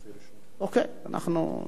אכן הנושא נדחה לשבוע הבא.